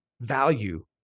value